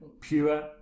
Pure